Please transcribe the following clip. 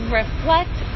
reflect